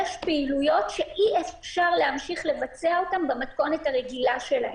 יש פעילויות שאי-אפשר להמשיך לבצע אותן במתכונת הרגילה שלהן.